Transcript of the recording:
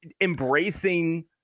embracing